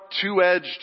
two-edged